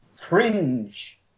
cringe